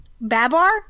Babar